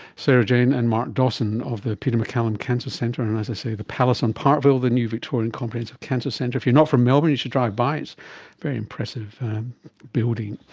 sarah-jane and mark dawson, of the peter maccallum cancer centre, and as i say, the palace on parkville, the new victorian comprehensive cancer centre. if you're not from melbourne you should drive by, it's a very impressive building.